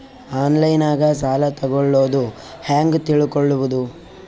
ಆನ್ಲೈನಾಗ ಸಾಲ ತಗೊಳ್ಳೋದು ಹ್ಯಾಂಗ್ ತಿಳಕೊಳ್ಳುವುದು?